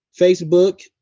Facebook